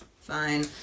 Fine